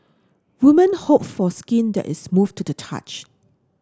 women hope for skin that is move to the touch